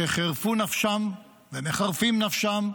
שחירפו נפשם ומחרפים נפשם,